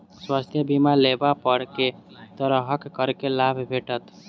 स्वास्थ्य बीमा लेबा पर केँ तरहक करके लाभ भेटत?